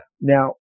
Now